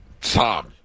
tom